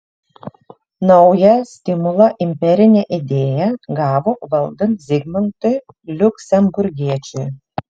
naują stimulą imperinė idėja gavo valdant zigmantui liuksemburgiečiui